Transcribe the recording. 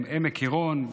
עמק עירון,